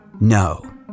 No